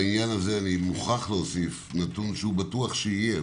בעניין הזה אני מוכרח להוסיף נתון שבטוח שיהיה,